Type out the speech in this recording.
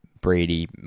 Brady